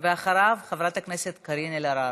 אחריו, חברת הכנסת קארין אלהרר.